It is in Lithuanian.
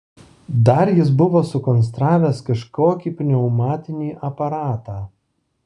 dar jis buvo sukonstravęs kažkokį pneumatinį aparatą